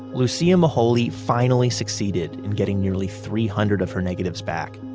lucia moholy finally succeeded in getting nearly three hundred of her negatives back,